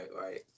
right